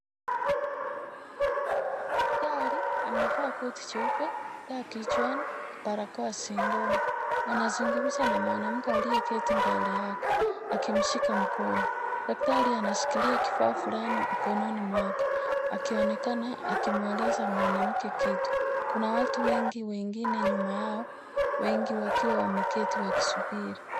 Daktari amevaa koti jeupe, taa kichwani, barakoa shingoni na anazungimza na mwanamke aliyeketi mbele yake akimshika mkono. Daktari anashikilia kifaa fulani mkononi mwake akionekana akimweleza mwanamke kitu. Kuna watu wengi wengine nyuma yao wengi wakiwa wameketi wakisubiri.